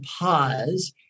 pause